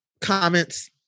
comments